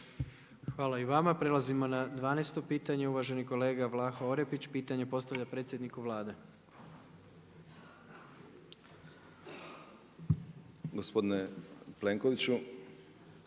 Hvala i vama. Prelazimo na 12. pitanje, uvaženi kolega Vlaho Orepić pitanje postavlja predsjedniku Vlade. **Orepić, Vlaho